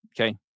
okay